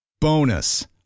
Bonus